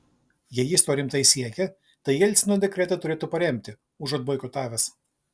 jei jis to rimtai siekia tai jelcino dekretą turėtų paremti užuot boikotavęs